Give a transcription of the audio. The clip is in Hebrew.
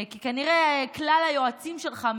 כי כלל היועצים שלך,